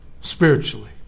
spiritually